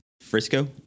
Frisco